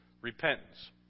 repentance